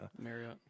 Marriott